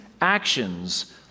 actions